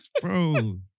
bro